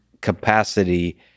capacity